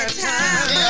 time